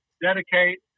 dedicate